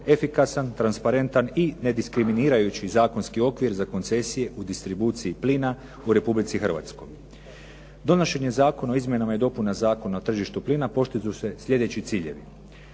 efikasan, transparentan i nediskriminirajući zakonski okvir za koncesije u distribuciji plina u Republici Hrvatskoj. Donošenje Zakona o izmjenama i dopunama Zakona o tržištu plina postižu se sljedeći ciljevi.